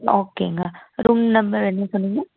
ஓகேங்க room number என்ன சொன்னீங்க